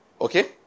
Okay